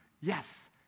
Yes